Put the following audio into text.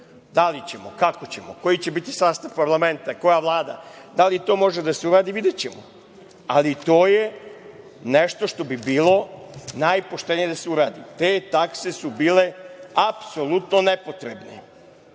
Da li ćemo, kako ćemo, koji će biti sastav parlamenta, koja Vlada, da li to može da se uradi, videćemo, ali to je nešto što bi bilo najpoštenije da se uradi. Te takse su bile apsolutno nepotrebne